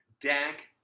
Dak